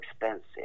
expensive